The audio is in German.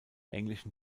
englischen